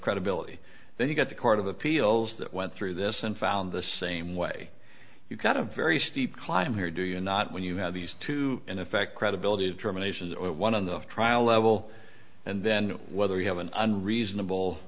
credibility then you got the court of appeals that went through this and found the same way you've got a very steep climb here do you not when you have these two in effect credibility of determination one on the trial level and then whether you have an unreasonable